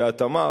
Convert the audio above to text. בהתאמה,